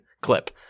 clip